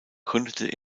gründete